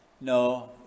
No